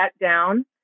down